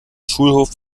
schulhof